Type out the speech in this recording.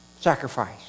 sacrifice